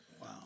Wow